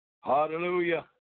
Hallelujah